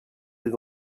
des